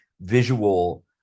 visual